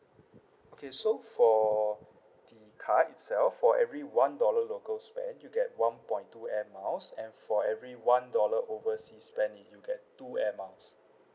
okay so for the card itself for every one dollar local spend you get one point two Air Miles and for every one dollar overseas spend you get two Air Miles